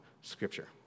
Scripture